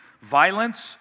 violence